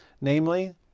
namely